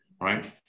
right